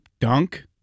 dunk